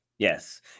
Yes